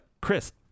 Chris